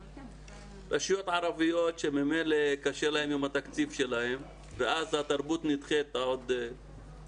רשויות ערביות שממילא קשה להן עם התקציב שלהן ואז התרבות נדחית לצערנו.